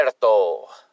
Puerto